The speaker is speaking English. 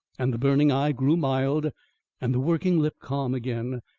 and the burning eye grew mild and the working lip calm again,